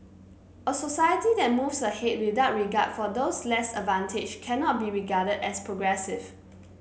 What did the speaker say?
a society that moves ahead without regard for those less advantaged cannot be regarded as progressive